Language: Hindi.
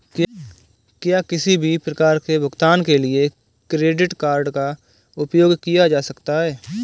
क्या किसी भी प्रकार के भुगतान के लिए क्रेडिट कार्ड का उपयोग किया जा सकता है?